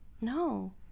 No